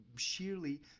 sheerly